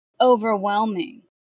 overwhelming